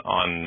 on